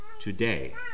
today